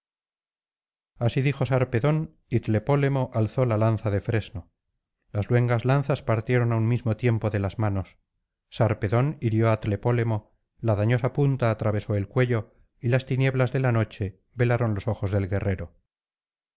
así dijo sarpedón y tlepólemo alzó la lanza de fresno las luengas lanzas partieron á un mismo tiempo de las manos sarpedón hirió á tlepólemo la dañosa punta atravesó el cuello y las tinieblas de la noche velaron los ojos del guerrero